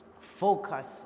focus